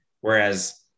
whereas